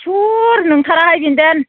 इस्वर नंथाराहाय बेनदेन